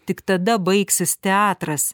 tik tada baigsis teatras